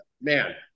man